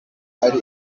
ari